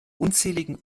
unzähligen